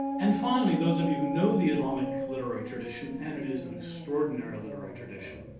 and finally those of you who know the islamic literary tradition, and it is an extraordinary literary tradition,